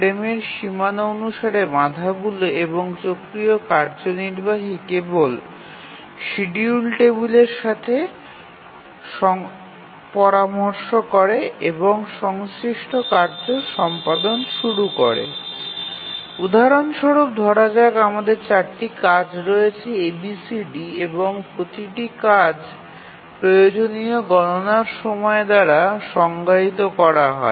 ফ্রেমের সীমানা অনুসারে বাধাগুলি এবং চক্রীয় কার্যনির্বাহী কেবল শিডিউল টেবিলের সাথে পরামর্শ করে এবং সংশ্লিষ্ট কার্য সম্পাদন শুরু করে উদাহরণ স্বরূপ ধরা যাক আমাদের চারটি কাজ রয়েছে A B C D এবং প্রতিটি কাজ প্রয়োজনীয় গণনার সময় দ্বারা সংজ্ঞায়িত করা হয়